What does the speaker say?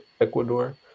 Ecuador